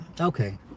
Okay